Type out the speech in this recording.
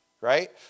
Right